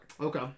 Okay